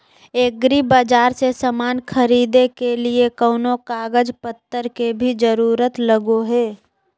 एग्रीबाजार से समान खरीदे के लिए कोनो कागज पतर के भी जरूरत लगो है?